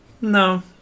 No